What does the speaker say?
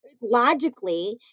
logically